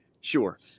Sure